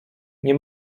nie